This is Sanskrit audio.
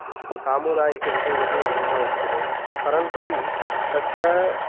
सामुदायिकविषयम् इति न उच्यते परन्तु अपि तत्र